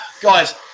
guys